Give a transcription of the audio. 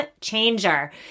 changer